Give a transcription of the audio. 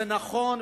זה נכון,